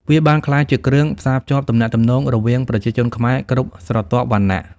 វាបានក្លាយជាគ្រឿងផ្សារភ្ជាប់ទំនាក់ទំនងរវាងប្រជាជនខ្មែរគ្រប់ស្រទាប់វណ្ណៈ។